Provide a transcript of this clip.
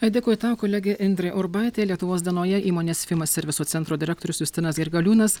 dėkoju tau kolegė indrė urbaitė lietuvos dienoje įmonės fima serviso centro direktorius justinas grigaliūnas